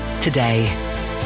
today